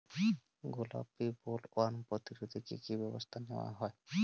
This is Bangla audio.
গোলাপী বোলওয়ার্ম প্রতিরোধে কী কী ব্যবস্থা নেওয়া হয়?